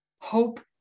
Hope